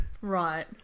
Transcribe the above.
Right